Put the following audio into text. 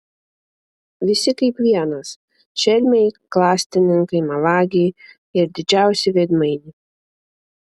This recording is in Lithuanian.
visi kaip vienas šelmiai klastininkai melagiai ir didžiausi veidmainiai